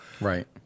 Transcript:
Right